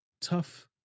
tough